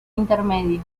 intermedia